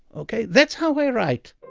ok, that's how i write